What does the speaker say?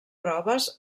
proves